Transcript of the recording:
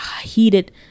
heated